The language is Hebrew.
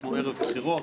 אנחנו ערב בחירות,